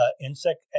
insect